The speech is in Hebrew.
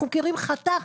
אנחנו מכירים חתך,